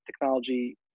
technology